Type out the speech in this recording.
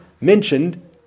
Mentioned